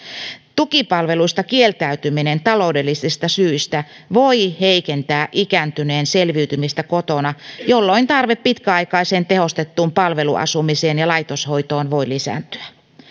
tukipalveluista kieltäytyminen taloudellisista syistä voi heikentää ikääntyneen selviytymistä kotona jolloin tarve pitkäaikaiseen tehostettuun palveluasumiseen ja laitoshoitoon voi lisääntyä